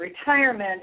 retirement